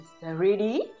ready